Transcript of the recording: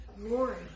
glory